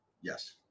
Yes